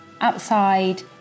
outside